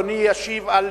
אדוני ישיב על